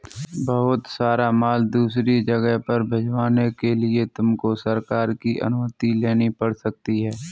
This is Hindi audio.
बहुत सारा माल दूसरी जगह पर भिजवाने के लिए तुमको सरकार की अनुमति लेनी पड़ सकती है